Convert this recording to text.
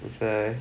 with a